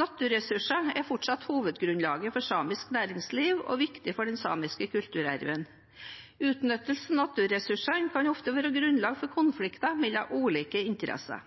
Naturressursene er fortsatt hovedgrunnlaget for samisk næringsliv og er viktig for den samiske kulturarven. Utnyttelse av naturressursene kan ofte være grunnlag for konflikter mellom ulike interesser.